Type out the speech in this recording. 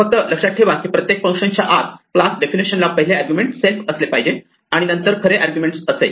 फक्त लक्षात ठेवा की प्रत्येक फंक्शन च्या आत क्लास डेफिनेशनला पहिले आर्ग्यूमेंट सेल्फ असले पाहिजे आणि नंतर खरे आर्ग्यूमेंट असेल